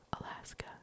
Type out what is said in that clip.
Alaska